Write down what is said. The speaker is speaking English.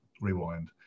Rewind